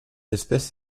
espèce